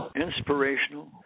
inspirational